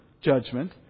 judgment